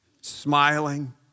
Smiling